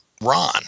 Ron